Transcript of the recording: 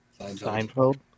Seinfeld